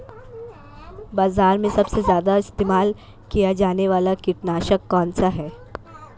बाज़ार में सबसे ज़्यादा इस्तेमाल किया जाने वाला कीटनाशक कौनसा है?